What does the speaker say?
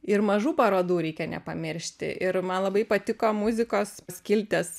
ir mažų parodų reikia nepamiršti ir man labai patiko muzikos skilties